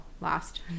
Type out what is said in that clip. last